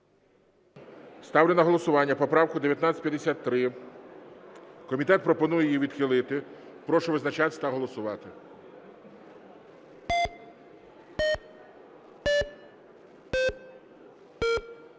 Ставлю на голосування поправку 1953. Комітет пропонує її відхилити. Прошу визначатись та голосувати.